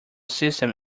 system